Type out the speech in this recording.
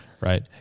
Right